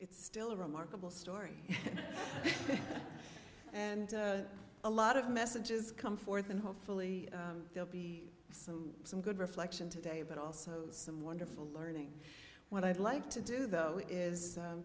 it's still a remarkable story and a lot of messages come forth and hopefully they'll be some some good reflection today but also some wonderful learning what i'd like to do though is